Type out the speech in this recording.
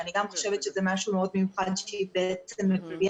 שאני חושבת שזה משהו מאוד מיוחד שהיא מביאה,